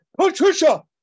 Patricia